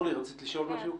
אורלי, רצית לשאול משהו?